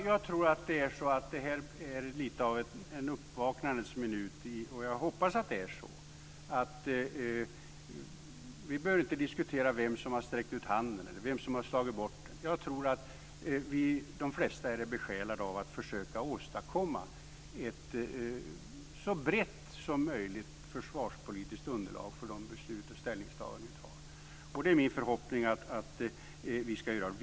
Fru talman! Jag tror att det här är lite av uppvaknandets minut. Jag hoppas att det är så. Vi behöver inte diskutera vem som har sträckt ut handen eller vem som har slagit bort den. Jag tror att de flesta är besjälade av att försöka åstadkomma ett så brett försvarspolitiskt underlag som möjligt för de beslut och ställningstaganden vi antar. Det är min förhoppning att vi ska göra det.